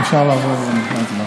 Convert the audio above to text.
אפשר לעבור להצבעה.